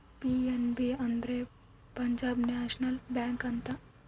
PNB ಅಂದ್ರೆ Punjab National Bank ಅಂತ